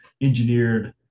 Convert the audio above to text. engineered